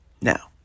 Now